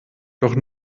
doch